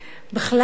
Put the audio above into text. בכלל,